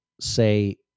say